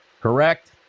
correct